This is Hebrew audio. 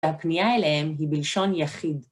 הפנייה אליהם היא בלשון יחיד.